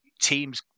teams